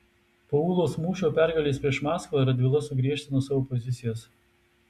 po ūlos mūšio pergalės prieš maskvą radvila sugriežtino savo pozicijas